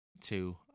Two